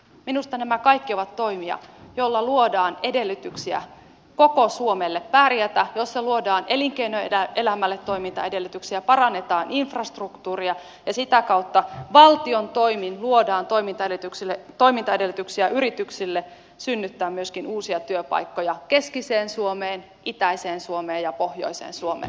minusta nämä kaikki ovat toimia joilla luodaan edellytyksiä koko suomelle pärjätä joilla luodaan elinkeinoelämälle toimintaedellytyksiä parannetaan infrastruktuuria ja sitä kautta valtion toimin luodaan toimintaedellytyksiä yrityksille synnyttää myöskin uusia työpaikkoja keskiseen suomeen itäiseen suomeen ja pohjoiseen suomeen